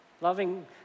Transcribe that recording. Loving